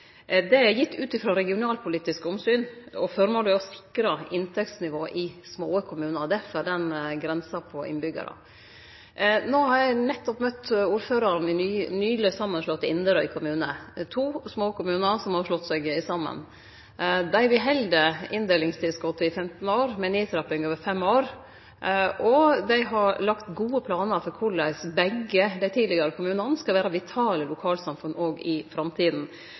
Det er gitt ut frå regionalpolitiske omsyn, og føremålet er å sikre inntektsnivået i små kommunar – derfor den grensa på innbyggjartalet. No har eg nettopp møtt ordføraren i den nyleg samanslåtte Inderøy kommune – det er to småkommunar som har slått seg saman. Dei beheld inndelingstilskotet i 15 år, med ei nedtrapping over fem år, og dei har lagt gode planar for korleis begge dei tidlegare kommunane skal vere vitale lokalsamfunn òg i